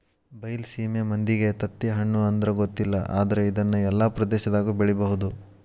ಬೈಲಸೇಮಿ ಮಂದಿಗೆ ತತ್ತಿಹಣ್ಣು ಅಂದ್ರ ಗೊತ್ತಿಲ್ಲ ಆದ್ರ ಇದ್ನಾ ಎಲ್ಲಾ ಪ್ರದೇಶದಾಗು ಬೆಳಿಬಹುದ